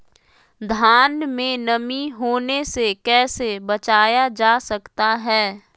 धान में नमी होने से कैसे बचाया जा सकता है?